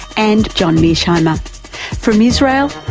and john mearsheimer from israel,